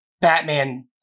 Batman